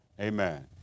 Amen